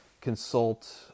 consult